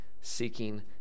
seeking